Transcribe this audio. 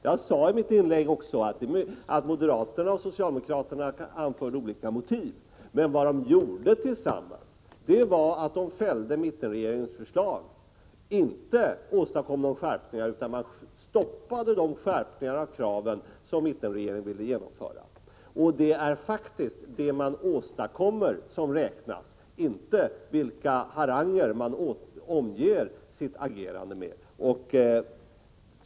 Jag sade i mitt inlägg att moderaterna och socialdemokraterna anförde olika motiv, men vad de gjorde tillsammans var att fälla mittenregeringens förslag, och det medförde att inga skärpningar åstadkoms. Man stoppade de skärpningar av kraven som mittenregeringen ville genomföra. Det är faktiskt vad man åstadkommer som räknas, inte vilka haranger man omger sitt agerande med.